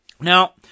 Now